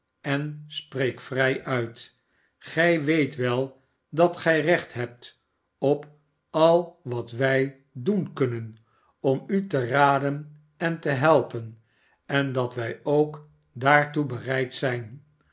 en spreek vrij uit gij weet we dat gij recht hebt op al wat wij doen kunnen om u te raden en te helpen en dat wij k daartoe bereid zijn